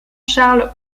charles